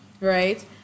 right